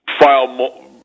file